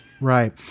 Right